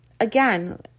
again